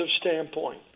standpoint